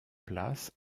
place